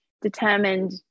determined